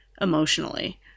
emotionally